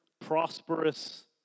prosperous